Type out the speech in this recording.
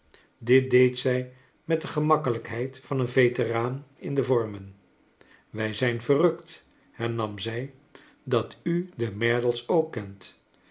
dit deed zij met de gemakkelijkheid van een veteraan in de vormen wij zijn verrukv hernam zij dat u de merdles ook kent